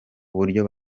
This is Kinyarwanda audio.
uburyo